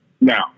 Now